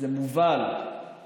חוזרים למתווה כפי שהצגתם,